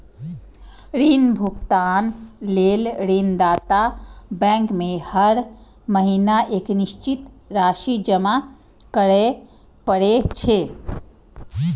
ऋण भुगतान लेल ऋणदाता बैंक में हर महीना एक निश्चित राशि जमा करय पड़ै छै